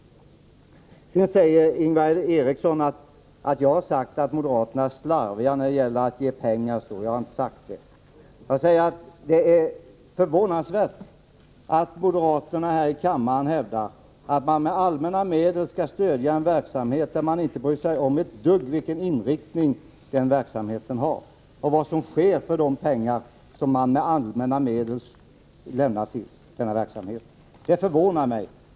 Sedan säger Ingvar Eriksson att jag har sagt att moderaterna är slarviga när det gäller att ge pengar. Jag har inte sagt det. Jag säger att det är förvånansvärt att moderaterna här i kammaren hävdar att man med allmänna medel skall stödja en verksamhet vars inriktning man inte bryr sig ett dugg om, ej heller vad som sker för de pengar som man av allmänna medel lämnar till verksamheten. Det förvånar mig.